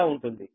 అంతే కాక XT2 0